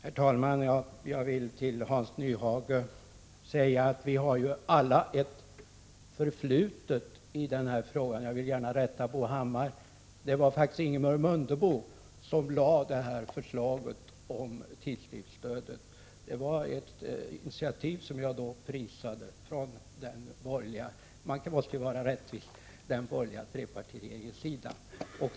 Herr talman! Jag vill till Hans Nyhage säga att vi ju alla har ett förflutet i denna fråga. Jag vill gärna rätta Bo Hammar; det var faktiskt Ingemar Mundebo som lade fram förslaget om tidskriftsstöd. Detta var ett initiativ, som jag då — man måste ju vara rättvis — prisade, från den borgerliga trepartiregeringens sida.